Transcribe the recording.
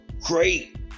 great